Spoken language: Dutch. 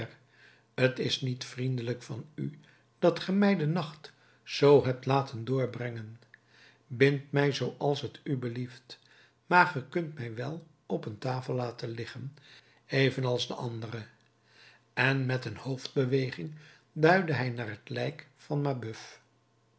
t is niet vriendelijk van u dat ge mij den nacht zoo hebt laten doorbrengen bind mij zooals t u belieft maar ge kunt mij wel op een tafel laten liggen evenals den andere en met eene hoofdbeweging duidde hij naar het lijk van mabeuf